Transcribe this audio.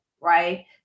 right